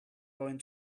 going